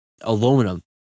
aluminum